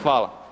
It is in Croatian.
Hvala.